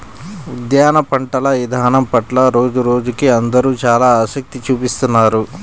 ఉద్యాన పంటల ఇదానం పట్ల రోజురోజుకీ అందరూ చానా ఆసక్తి చూపిత్తున్నారు